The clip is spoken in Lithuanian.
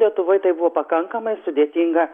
lietuvoj tai buvo pakankamai sudėtinga